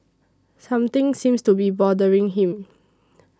something seems to be bothering him